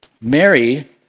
Mary